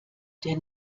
der